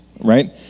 right